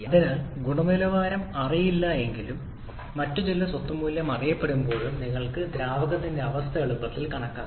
അതിനാൽ ഗുണനിലവാരം അറിയില്ലെങ്കിലും മറ്റ് ചില സ്വത്ത് മൂല്യം അറിയപ്പെടുമ്പോഴും നിങ്ങൾക്ക് ദ്രാവകത്തിന്റെ അവസ്ഥ എളുപ്പത്തിൽ കണക്കാക്കാം